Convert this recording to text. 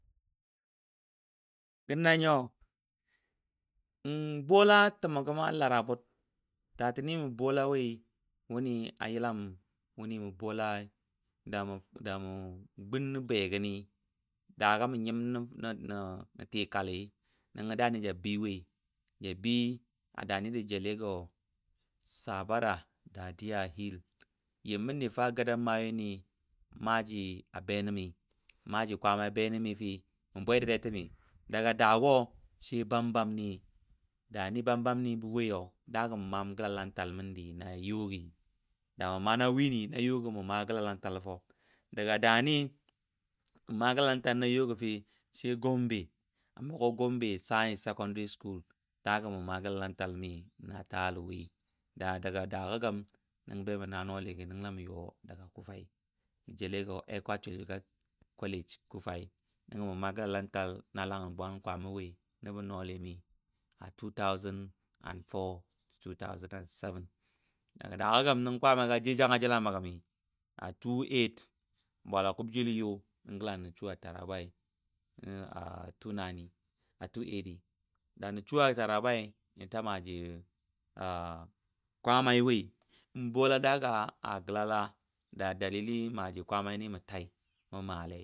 Gə na nyoN bola təmɔ gəm a lara bʊr, da tən ni mə bola woi alara bur wuni bola da mə gun nə begəni dagɔ mə nyim nə tikali daga ja bɨɨ woi ja bɨɨ a dani ja jele go sabara Dadiya Hill, nyimi fa gadamoyo ni maaji abenə mə maaji kwaamai benəmə fi mə bwe dadiya təmi daga dago sai bambam ni, bambam ni dagə mə maam gəla lantal məndi na yo gi amma wini, yo gɔ mə ma gəla lantalo fo daga dani mə ma gəla lantalo fii sai Gommbe a mugo gombe science secondary school dagə mə maa gəla lantal mi na taalɔ woi. Daga dago nəngo bamə naa nɔɔgo la. mə you gala a kufayi, dago jə jele go ECWA College kufayi, mə maa gəla lantal na langən bwagəno woi nəbo nɔɔli mi a two thousand and four. to two thousand and seven. Daga dago gəm nəngo kwaama jou jangəjil a mə gəmi a two eight nəngo ni gəla nə tarabai a two eight nə shu Tarabai nəngo nən ta maaji kwaama woi da dalili maaji kwaama ni mə tai.